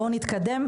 בואו נתקדם,